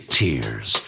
tears